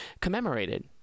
commemorated